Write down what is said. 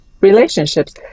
Relationships